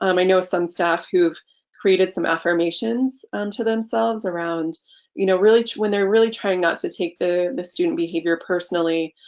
um i know some staff who've created some affirmations unto themselves around you know really when they're really trying not to take the the student behavior personally,